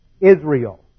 Israel